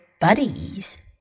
buddies